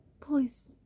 Please